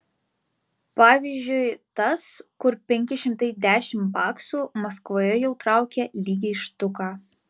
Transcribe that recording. pavyzdžiui tas kur penki šimtai dešimt baksų maskvoje jau traukia lygiai štuką